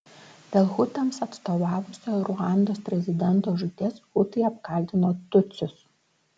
dėl hutams atstovavusio ruandos prezidento žūties hutai apkaltino tutsius